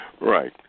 Right